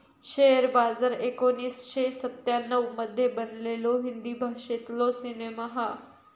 share Bazaar एकोणीसशे सत्त्याण्णव मध्ये बनलेलो हिंदी भाषेतलो सिनेमा हा